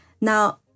Now